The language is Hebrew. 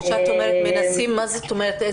כשאת אומרת מנסים, מה זאת אומרת?